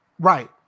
Right